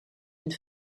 une